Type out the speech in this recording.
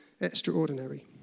Extraordinary